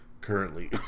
Currently